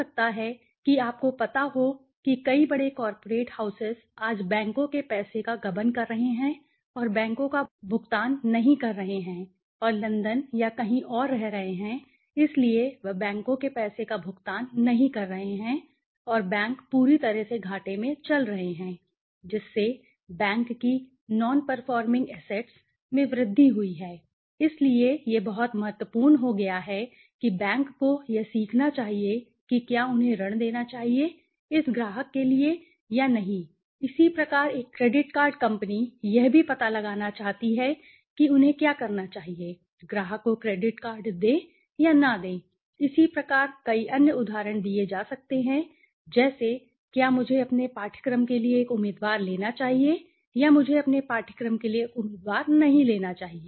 हो सकता है कि आपको पता हो कि कई बड़े कॉर्पोरेट हाउसेस आज बैंकों के पैसे का गबन कर रहे हैं और बैंकों का भुगतान नहीं कर रहे हैं और लंदन या कहीं और रह रहे है इसलिए वे बैंकों के पैसे का भुगतान नहीं कर रहे हैं और बैंक पूरी तरह से घाटे में चल रहे हैं जिससे बैंक की नोनपरफोर्मिंग असेस्ट्स में वृद्धि हुई है इसलिए यह बहुत महत्वपूर्ण हो गया है कि बैंक को यह सीखना चाहिए कि क्या उन्हें ऋण देना चाहिए इस ग्राहक के लिए या नहीं इसी प्रकार एक क्रेडिट कार्ड कंपनीयह भी पता लगाना चाहती है कि उन्हें क्या करना चाहिए ग्राहक को क्रेडिट कार्ड दें या न दें इसी प्रकार कई अन्य उदाहरण दिए जा सकते हैं जैसे क्या मुझे अपने पाठ्यक्रम के लिए एक उम्मीदवार लेना चाहिए या मुझे अपने पाठ्यक्रम के लिए एक उम्मीदवार नहीं लेना चाहिए